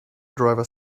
driver